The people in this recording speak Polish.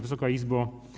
Wysoka Izbo!